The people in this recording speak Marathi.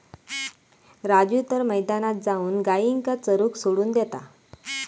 राजू तर मैदानात जाऊन गायींका चरूक सोडान देता